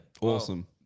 Awesome